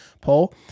poll